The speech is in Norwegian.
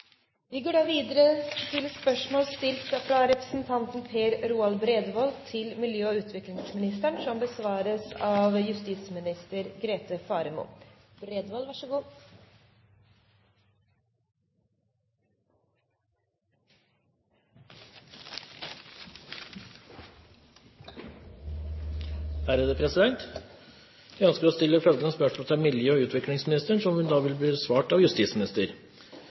fra representanten Per Roar Bredvold til miljø- og utviklingsministeren, vil bli besvart av justisminister Grete Faremo på vegne av miljø- og utviklingsministeren, som er bortreist. Jeg ønsker å stille følgende spørsmål til miljø- og utviklingsministeren, som vil bli besvart av